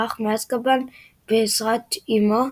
ברח מאזקבאן בעזרת אימו,